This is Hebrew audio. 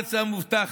הארץ המובטחת,